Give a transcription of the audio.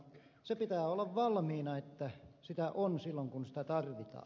se pitää olla valmiina että sitä on silloin kun sitä tarvitaan